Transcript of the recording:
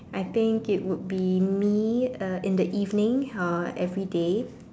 I think it would be me uh in the evening uh everyday